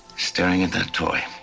staring at that toy